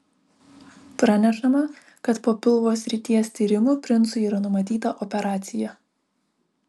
pranešama kad po pilvo srities tyrimų princui yra numatyta operacija